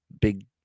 big